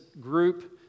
group